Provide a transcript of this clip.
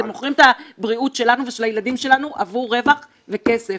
אתם מוכרים את הבריאות שלנו ושל הילדים שלנו עבור רווח וכסף